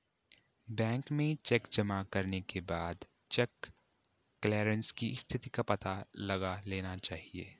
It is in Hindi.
बैंक में चेक जमा करने के बाद चेक क्लेअरन्स की स्थिति का पता लगा लेना चाहिए